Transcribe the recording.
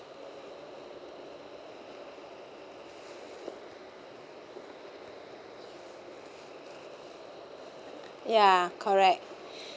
ya correct